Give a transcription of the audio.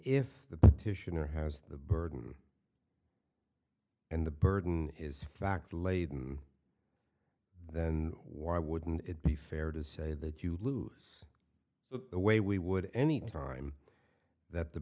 if the petitioner has the burden and the burden is fact laden then why wouldn't it be fair to say that you lose so the way we would any time that the